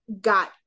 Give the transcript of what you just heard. got